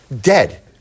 Dead